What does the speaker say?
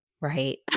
Right